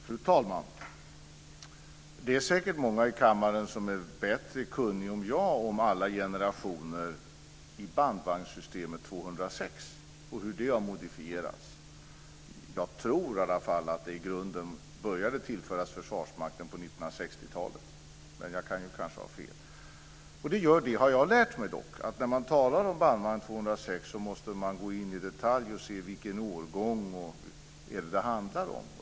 Fru talman! Det är säkert många i kammaren som är mer kunniga än jag om alla generationer i bandvagnssystemet 206 och hur det har modifierats. Jag tror i alla fall att det började tillföras Försvarsmakten på 1960-talet, men jag kan ha fel. Jag har dock lärt mig att när man talar om bandvagn 206 måste man gå in i detalj och se vilken årgång det handlar om.